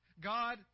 God